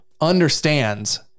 understands